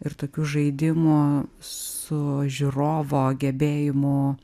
ir tokių žaidimų su žiūrovo gebėjimu